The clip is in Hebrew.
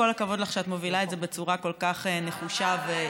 כל הכבוד לך על שאת מובילה את זה בצורה כל כך נחושה ועקבית.